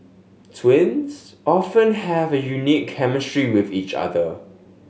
twins often have a unique chemistry with each other